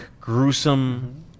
gruesome